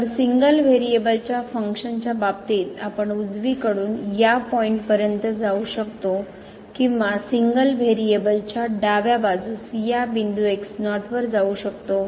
तर सिंगल व्हेरिएबलच्या फंक्शनच्या बाबतीत आपण उजवीकडून या पॉईंटपर्यंत जाऊ शकतो किंवा सिंगल व्हेरिएबलच्या डाव्या बाजूस या बिंदू x0 वर जाऊ शकतो